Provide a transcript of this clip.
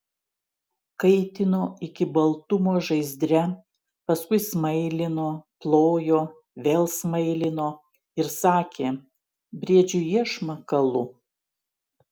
kaitino iki baltumo žaizdre paskui smailino plojo vėl smailino ir sakė briedžiui iešmą kalu